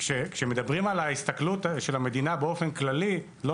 כשמדברים על הסתכלות המדינה באופן כללי לא